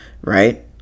right